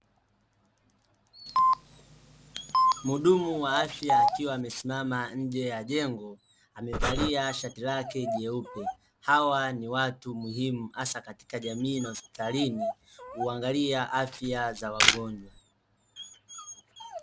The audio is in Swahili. Muhudumu wa afya, akiwa amesimama nje ya jengo, amevalia shati lake jeupe. Hawa ni watu muhimu, hasa katika jamii na hospitalini, huangalia afya za wagonjwa.